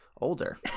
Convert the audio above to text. older